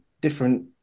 different